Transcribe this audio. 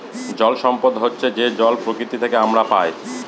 জল সম্পদ হচ্ছে যে জল প্রকৃতি থেকে আমরা পায়